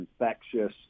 infectious